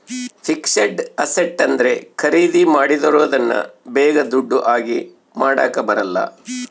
fixed asset ಅಂದ್ರೆ ಖರೀದಿ ಮಾಡಿರೋದನ್ನ ಬೇಗ ದುಡ್ಡು ಆಗಿ ಮಾಡಾಕ ಬರಲ್ಲ